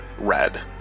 red